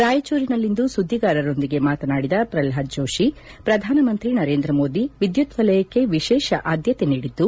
ರಾಯಚೂರಿನಲ್ಲಿಂದು ಸುದ್ದಿಗಾರರೊಂದಿಗೆ ಮಾತನಾಡಿದ ಪ್ರಲ್ನಾದ್ ಜೋಶಿ ಪ್ರಧಾನಮಂತ್ರಿ ನರೇಂದ್ರ ಮೋದಿ ವಿದ್ಯುತ್ ವಲಯಕ್ಕೆ ವಿಶೇಷ ಆದ್ಯತೆ ನೀಡಿದ್ದು